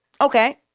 okay